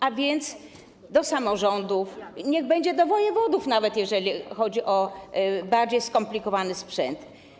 A więc do samorządów, niech będzie nawet do wojewodów, jeżeli chodzi o bardziej skomplikowany sprzęt.